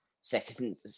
second